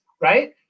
right